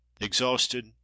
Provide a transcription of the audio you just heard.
Exhausted